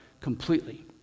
completely